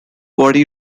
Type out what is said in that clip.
body